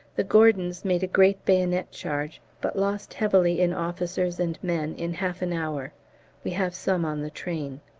the gordons made a great bayonet charge, but lost heavily in officers and men in half an hour we have some on the train.